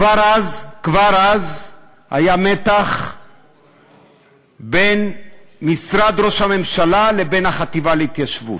כבר אז היה מתח בין משרד ראש הממשלה לבין החטיבה להתיישבות.